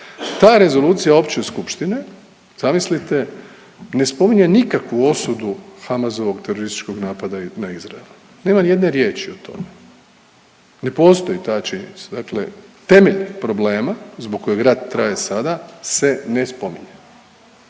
Ta Rezolucija Opće skupštine zamislite ne spominje nikakvu osudu Hamasovog terorističkog napada na Izrael, nema ni jedne riječi o tome, ne postoji ta činjenica. Dakle, temelj problema zbog kojeg rat traje sada se ne spominje.